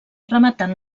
rematant